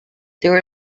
there